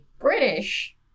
british